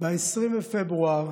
ב-20 בפברואר